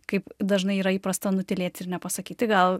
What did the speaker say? kaip dažnai yra įprasta nutylėti ir nepasakyti gal